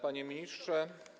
Panie Ministrze!